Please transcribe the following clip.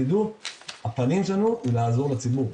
תדעו שהפנים שלנו זה לעזור לציבור,